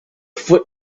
food